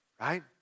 Right